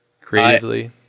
creatively